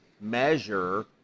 measure